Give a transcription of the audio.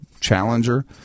Challenger